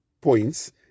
points